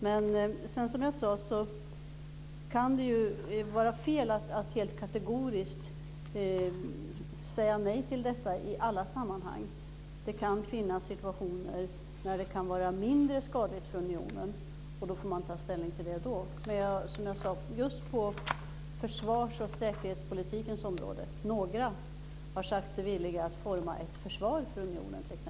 Men som jag sade kan det vara fel att kategoriskt säga nej till detta i alla sammanhang. Det kan finnas situationer då det kan vara mindre skadligt för unionen, och då får man ta ställning till det. Just på försvars och säkerhetspolitikens område är det några som har sagt sig villiga att forma ett försvar gemensamt för unionen.